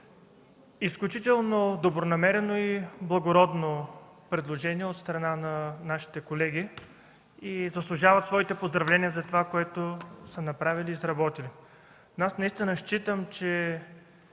Изключително добронамерено и благородно предложение от страна на нашите колеги. Те заслужават своите поздравления за това, за което са направили и изработили. Аз наистина считам, че